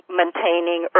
maintaining